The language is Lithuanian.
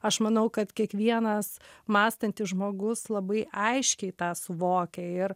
aš manau kad kiekvienas mąstantis žmogus labai aiškiai tą suvokia ir